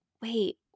wait